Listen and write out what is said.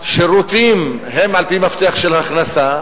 השירותים הם על-פי מפתח של הכנסה,